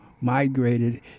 migrated